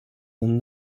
than